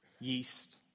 yeast